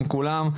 כולם,